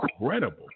incredible